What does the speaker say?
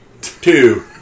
Two